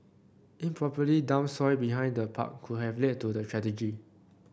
improperly dumped soil behind the park could have led to the tragedy